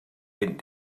ben